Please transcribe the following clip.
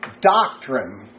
doctrine